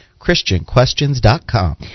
ChristianQuestions.com